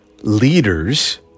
leaders